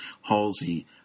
Halsey